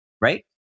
right